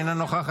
אינו נוכח,